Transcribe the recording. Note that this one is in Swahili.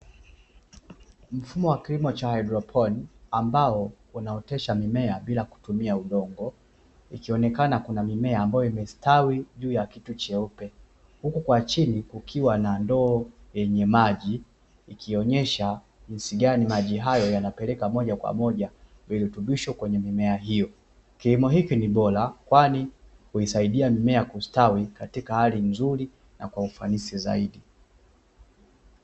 Mfumo wa kilimo cha haidroponi ambao unaoteshwa mimea bila kutumia udongo ikionekana mimea iliyostawi, kilimo hiki ni bora kwani husaidia mimea kustawi katika hali nzuri.